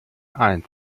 eins